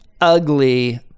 ugly